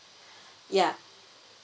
ya